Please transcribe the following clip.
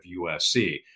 USC